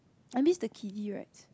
I miss the kiddy rides